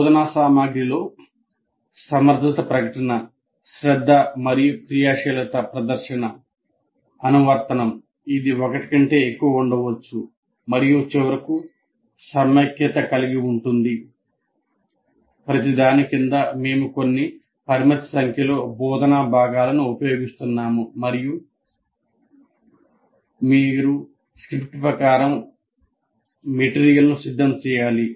బోధనా సామగ్రిలో సమర్థత ప్రకటన శ్రద్ధ మరియు క్రియాశీలత ప్రదర్శన అనువర్తనం సిద్ధం చేయాలి